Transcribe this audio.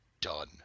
done